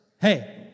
Hey